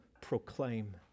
proclaim